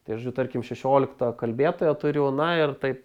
tai žodžiu tarkim šešioliktą kalbėtoją turiu na ir taip